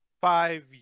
five